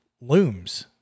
looms